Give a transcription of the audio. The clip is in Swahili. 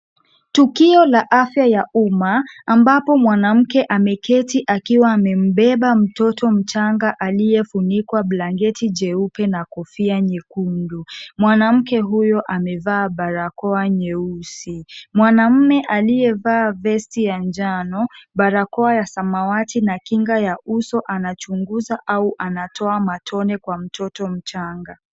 Tukio la afya ya umma ambapo mwanamke ameketi akiwa amembeba mtoto mchanga aliyefunikwa blanketi jeupe na kofia nyekundu. Mwanamke huyo amevaa barakoa nyeusi. Mwanaume aliyevaa vesti ya njano, barakoa ya samawati na kinga ya uso anachunguza au anatoa matone kwa mtoto mchanga.